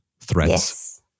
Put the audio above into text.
threats